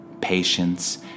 Patience